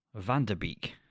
Vanderbeek